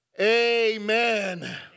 Amen